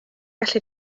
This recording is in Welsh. gallu